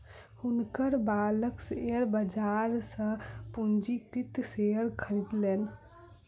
हुनकर बालक शेयर बाजार सॅ पंजीकृत शेयर खरीदलैन